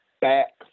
back